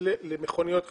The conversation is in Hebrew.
למכוניות חשמליות.